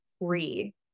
free